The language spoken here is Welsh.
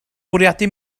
bwriadu